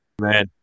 Man